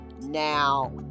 now